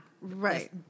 Right